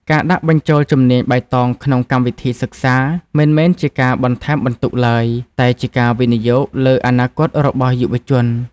ការដាក់បញ្ចូលជំនាញបៃតងក្នុងកម្មវិធីសិក្សាមិនមែនជាការបន្ថែមបន្ទុកឡើយ តែជាការវិនិយោគលើអនាគតរបស់យុវជន។